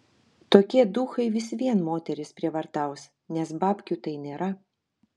tokie duchai vis vien moteris prievartaus nes babkių tai nėra